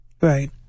Right